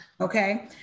Okay